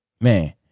Man